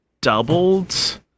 doubled